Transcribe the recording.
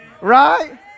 right